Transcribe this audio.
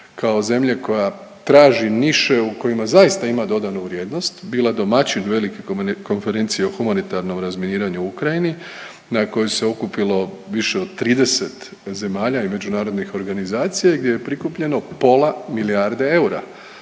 kao zemlje koja traži niše u kojima zaista ima dodanu vrijednost bila domaćin velike konferencije o humanitarnom razminiranju u Ukrajini na kojoj se okupilo više od 30 zemalja i međunarodnih organizacija gdje je prikupljeno pola milijarde eura